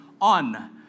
on